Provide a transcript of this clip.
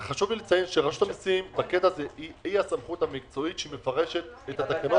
חשוב לציין שרשות המיסים היא הסמכות המקצועית שמפרשת את התקנות האלה.